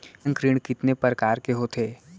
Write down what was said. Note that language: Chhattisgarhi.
बैंक ऋण कितने परकार के होथे ए?